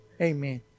Amen